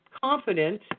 confident